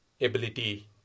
ability